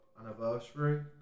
anniversary